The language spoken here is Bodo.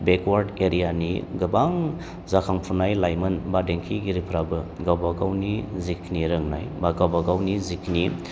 बेकवार्ड एरियानि गोबां जाखांफुनाय लाइमोन बा देंखोगिरिफ्राबो गावबागावनि जेखिनि रोंनाय बा गावबागावनि जेखिनि